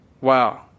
wow